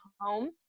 home